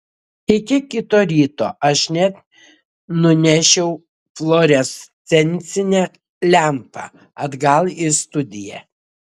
iki kito ryto aš net nunešiau fluorescencinę lempą atgal į studiją